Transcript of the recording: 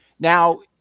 Now